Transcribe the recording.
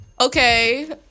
okay